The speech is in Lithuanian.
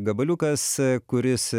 gabaliukas kuris